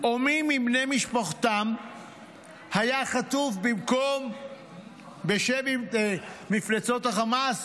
או מי מבני משפחתם היה חטוף אצל מפלצות החמאס